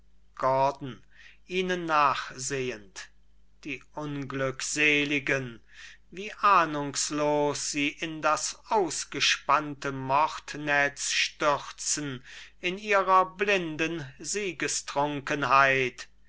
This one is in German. gordon ihnen nachsehend die unglückseligen wie ahnungslos sie in das ausgespannte mordnetz stürzen in ihrer blinden